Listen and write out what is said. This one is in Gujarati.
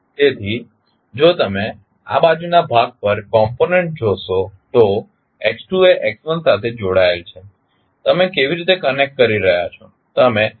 તેથી જો તમે આ બાજુના ભાગ પર કમ્પોનેંટ જોશો તો x2 એ x1 સાથે જોડાયેલ છે તમે કેવી રીતે કનેક્ટ કરી રહ્યાં છો